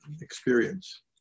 experience